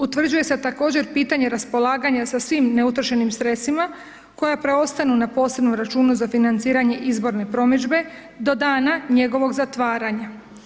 Utvrđuje se također pitanje raspolaganja sa svim neutrošenim sredstvima koja preostanu na posebnom računu za financiranje izborne promidžbe do dana njegovog zatvaranje.